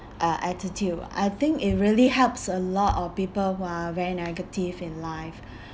uh attitude I think it really helps a lot of people who are very negative in life